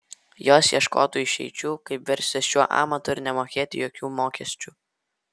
jos ieškotų išeičių kaip verstis šiuo amatu ir nemokėti jokių mokesčių